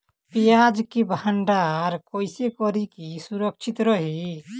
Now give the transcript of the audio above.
प्याज के भंडारण कइसे करी की सुरक्षित रही?